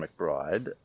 McBride